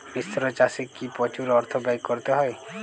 মিশ্র চাষে কি প্রচুর অর্থ ব্যয় করতে হয়?